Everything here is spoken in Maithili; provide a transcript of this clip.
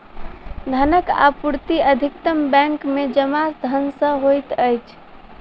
धनक आपूर्ति अधिकतम बैंक में जमा धन सॅ होइत अछि